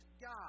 God